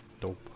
dope